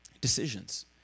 decisions